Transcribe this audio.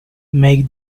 make